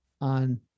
on